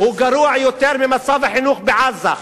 הוא גרוע יותר ממצב החינוך בעזה,